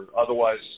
otherwise